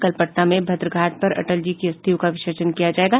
कल पटना में भद्र घाट पर अटल जी की अस्थियों का विसर्जन किया जायेग